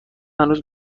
هنوز